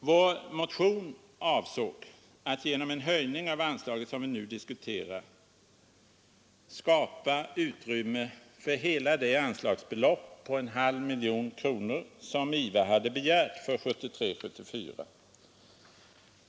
Vår motion avsåg att genom en höjning av anslaget, som vi nu diskuterar, skapa utrymme för hela det anslagsbelopp på 0,5 miljoner kronor som IVA har begärt för 1973/74.